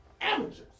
Amateurs